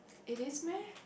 it is meh